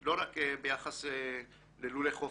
לא רק ביחס ללולי חופש,